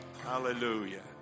Hallelujah